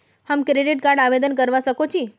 हम credit card आवेदन करवा संकोची?